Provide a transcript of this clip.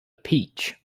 peach